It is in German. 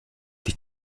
sich